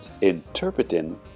Interpreting